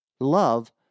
Love